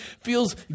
feels